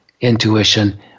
intuition